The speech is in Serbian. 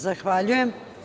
Zahvaljujem.